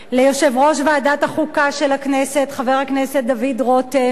ליושב-ראש ועדת החוקה של הכנסת חבר הכנסת דוד רותם,